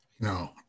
No